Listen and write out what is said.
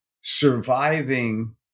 surviving